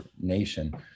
Nation